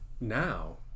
now